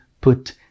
put